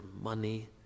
money